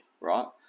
right